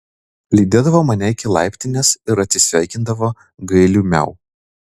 lydėdavo mane iki laiptinės ir atsisveikindavo gailiu miau